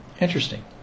Interesting